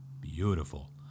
beautiful